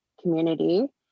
community